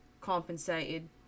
compensated